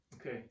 okay